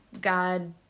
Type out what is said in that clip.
God